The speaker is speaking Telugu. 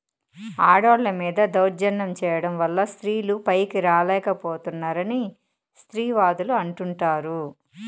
ఆడోళ్ళ మీద దౌర్జన్యం చేయడం వల్ల స్త్రీలు పైకి రాలేక పోతున్నారని స్త్రీవాదులు అంటుంటారు